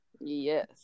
yes